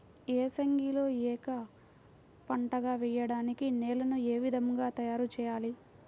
ఏసంగిలో ఏక పంటగ వెయడానికి నేలను ఏ విధముగా తయారుచేయాలి?